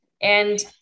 and-